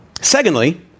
Secondly